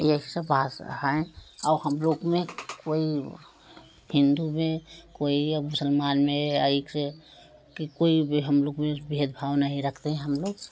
यही सब भाषा हैं और हम लोग में कोई हिन्दू कोई ये मुसलमान में कि कोई भी हम लोग में भेदभाव नहीं रखते हैं हम लोग